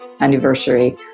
anniversary